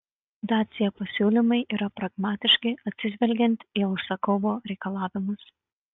dacia pasiūlymai yra pragmatiški atsižvelgiant į užsakovo reikalavimus